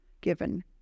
given